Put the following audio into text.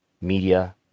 media